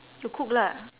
you cook lah